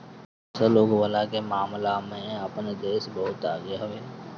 फसल उगवला के मामला में आपन देश बहुते आगे हवे